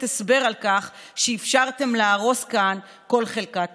הסבר על כך שאפשרתם להרוס כאן כל חלקה טובה.